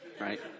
right